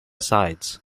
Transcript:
sides